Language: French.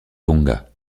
tonga